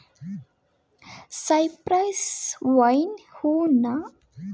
Cyprus vine ಹೂ ನ ನಕ್ಷತ್ರ ಹೂ ಅಂತ ಕರೀತಾರೆ ಮನೆಯಂಗಳದ ಹೂ ತೋಟದಲ್ಲಿ ಅಲಂಕಾರಿಕ್ವಾಗಿ ಈ ಗಿಡನ ಬೆಳೆಸ್ಬೋದು